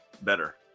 better